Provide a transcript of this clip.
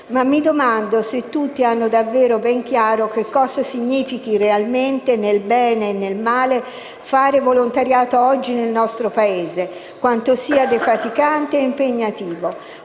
ma mi domando se tutti abbiano ben chiaro che cosa significhi realmente, nel bene e nel male, fare volontariato oggi nel nostro Paese; quanto sia defaticante ed impegnativo.